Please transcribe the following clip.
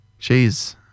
Jeez